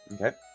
Okay